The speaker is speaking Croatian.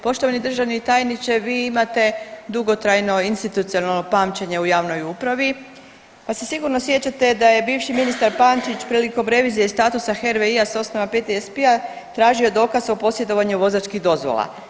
Poštovani državni tajniče vi imate dugotrajno institucionalno pamćenje u javnoj upravi pa se sigurno sjećate da je bivši ministar Pančić prilikom revizije statusa HRVI-a s osnova PTSP-a tražio dokaz o posjedovanju vozačkih dozvola.